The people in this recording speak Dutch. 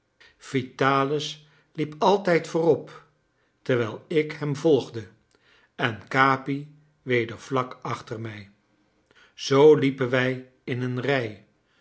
vitalis liep altijd voorop terwijl ik hem volgde en capi weder vlak achter mij zoo liepen wij in een rij